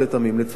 לצערי,